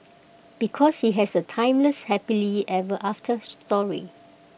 because he has A timeless happily ever after story